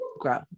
grow